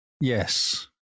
Yes